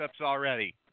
already